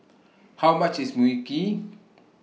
How much IS Mui Kee